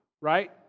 right